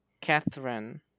Catherine